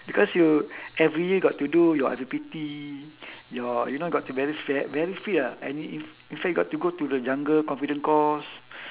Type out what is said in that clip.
because you every year got to do your I_P_P_T your you know got to very fat very fit ah and in in f~ in fact got to go the jungle confident course